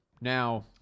Now